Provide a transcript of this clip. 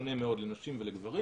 שונה מאוד לנשים ולגברים,